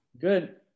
Good